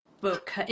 book